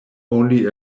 only